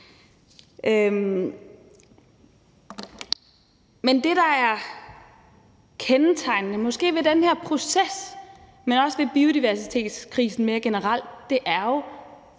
Men det, der er kendetegnende, måske ved den her proces, men også ved biodiversitetskrisen mere generelt, er jo,